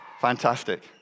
Fantastic